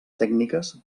tècniques